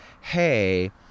hey